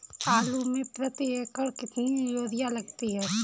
आलू में प्रति एकण कितनी यूरिया लगती है?